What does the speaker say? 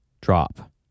drop